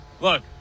look